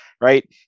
right